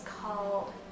called